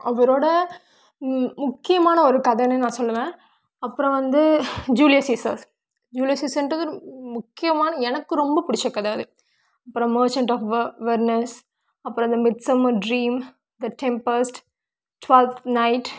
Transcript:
அவரோட முக்கியமான ஒரு கதைன்னே நான் சொல்வேன் அப்புறம் வந்து ஜூலியர் சீசர் ஜூலியர் சீசர்ன்றது ஒரு முக்கியமான எனக்கு ரொம்ப பிடிச்ச கதை அது மெர்ச்சண்ட் ஆஃப் வெர்னஸ் அப்புறம் இந்த midsummer dream the tempest twelfth night